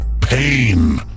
Pain